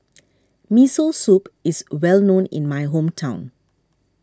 Miso Soup is well known in my hometown